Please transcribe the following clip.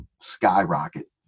skyrocket